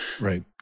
Right